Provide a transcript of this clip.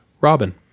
Robin